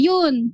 Yun